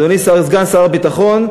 אדוני סגן שר הביטחון,